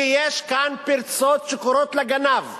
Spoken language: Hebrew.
כי יש כאן פרצות שקוראות לגנב,